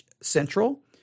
Central